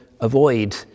avoid